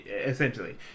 essentially